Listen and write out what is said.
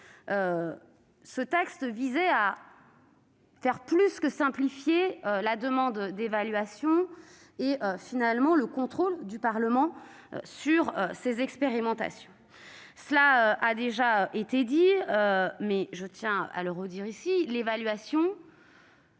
ce texte visait déjà à faire plus que simplifier la demande d'évaluation et le contrôle du Parlement sur ces expérimentations. Cela a déjà été dit, mais je tiens à le répéter, vouloir